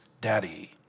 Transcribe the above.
Daddy